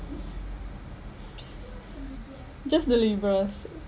just the libras